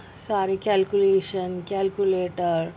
ساری calculation calculator